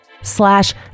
slash